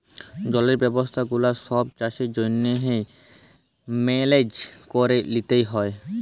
জলের ব্যবস্থা গুলা ছব চাষের জ্যনহে মেলেজ ক্যরে লিতে হ্যয়